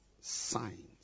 signs